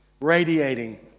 radiating